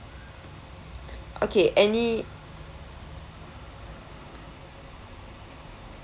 okay any